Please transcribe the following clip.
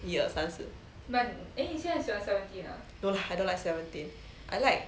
一二三四 no lah I don't like seventeen I like